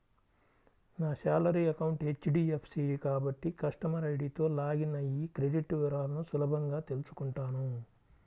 నా salary account HDFC కాబట్టి customer ఐడీతో లాగిన్ అయ్యి క్రెడిట్ వివరాలను సులభంగా తెల్సుకుంటాను